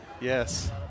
Yes